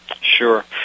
Sure